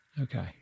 Okay